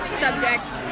subjects